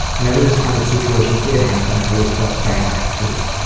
whenever this kind of situation did happen, i always felt bad afterward.